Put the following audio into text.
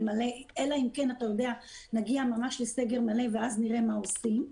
אלא אם כן נגיע ממש לסגר מלא ואז נראה מה עושים.